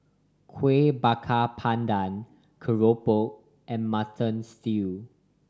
Kuih Bakar Pandan keropok and Mutton Stew